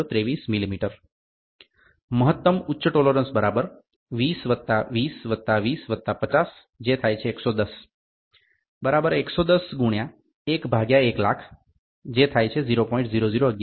0023 mm મહત્તમ ઉચ્ચ tolerance 20 20 20 50 110 110 × 1 100000 0